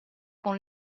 con